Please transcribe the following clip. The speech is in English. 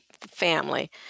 family